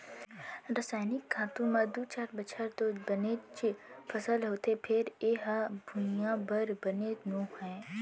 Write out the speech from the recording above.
रसइनिक खातू म दू चार बछर तो बनेच फसल होथे फेर ए ह भुइयाँ बर बने नो हय